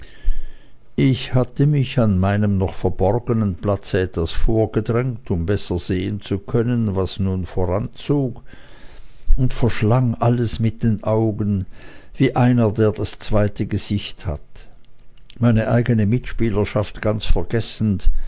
ich hatte mich an meinem noch verborgenen platze etwas vorgedrängt um besser sehen zu können was uns voranzog und verschlang alles mit den augen wie einer der das zweite gesicht hat meine eigene mitspielerschaft ganz vergessend